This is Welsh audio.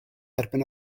erbyn